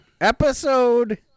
Episode